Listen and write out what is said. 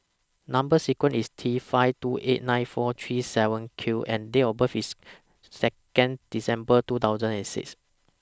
Number sequence IS T five two eight nine four three seven Q and Date of birth IS Second December two thousand and six